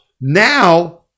Now